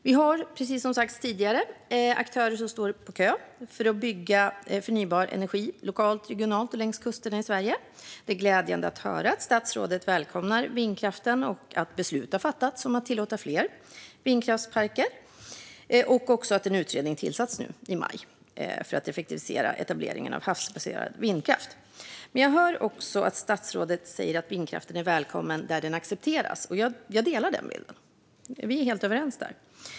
Vi har som sagt aktörer som står på kö för att bygga förnybar energi lokalt, regionalt och längs Sveriges kuster. Det är glädjande att höra att statsrådet välkomnar vindkraften och att beslut har fattats om att tillåta fler vindkraftsparker samt att en utredning tillsatts nu i maj för effektivisering av etablering av havsbaserad vindkraft. Jag hör också statsrådet säga att vindkraften är välkommen där den accepteras, och jag delar den åsikten. Vi är helt överens om det.